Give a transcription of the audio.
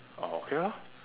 oh okay lor